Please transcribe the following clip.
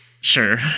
Sure